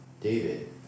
David